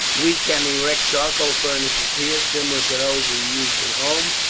we can erect charcoal furnaces here similar to those we used at home,